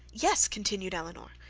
yes, continued elinor,